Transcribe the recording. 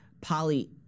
Polly